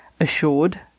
assured